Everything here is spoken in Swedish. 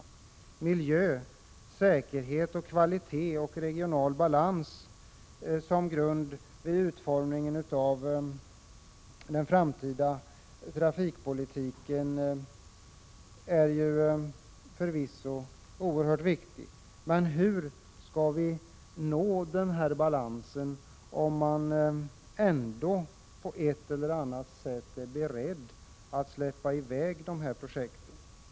Hänsyn till miljön, säkerhet, kvalitet och regional balans som grund vid utformningen av den framtida trafikpolitiken är förvisso något oerhört viktigt, men hur skall vi nå denna balans, om man ändå på ett eller annat sätt är beredd att sätta i gång dessa projekt?